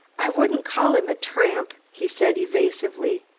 i wouldn't call him a tramp, he said evasively.